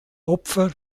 opfer